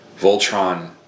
Voltron